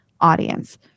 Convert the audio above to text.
audience